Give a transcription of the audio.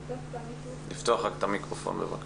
שלום לכולם, אני יועצת משפטית באמונה, תנועת